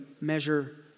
measure